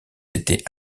étaient